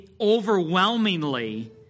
overwhelmingly